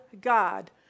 God